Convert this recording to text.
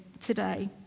today